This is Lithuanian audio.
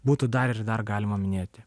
būtų dar ir dar galima minėti